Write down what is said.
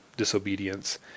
disobedience